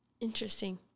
Interesting